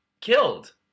killed